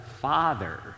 Father